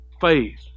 faith